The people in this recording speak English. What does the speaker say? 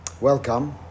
Welcome